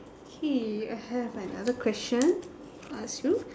okay I have another question to ask you